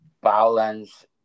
balance